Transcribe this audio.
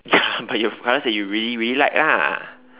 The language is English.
ya but you have colours that you really really like lah